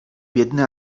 biedny